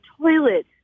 toilet